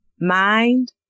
mind